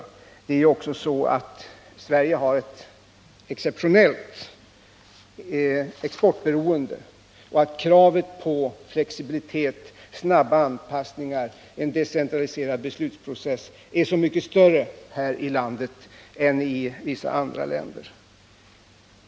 Det är också så att Sverige har ett exceptionellt exportberoende och att kravet på flexibilitet, snabba anpassningar, en decentraliserad beslutsprocess är mycket större här i landet än i vissa andra länder.